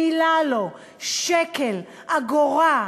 מילה לא, שקל, אגורה.